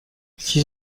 six